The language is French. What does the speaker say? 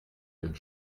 même